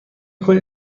کنید